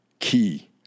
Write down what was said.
key